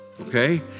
Okay